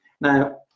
Now